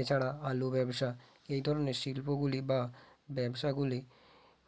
এছাড়া আলু ব্যবসা এই ধরনের শিল্পগুলি বা ব্যবসাগুলি